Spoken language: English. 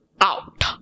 out